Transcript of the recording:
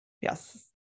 yes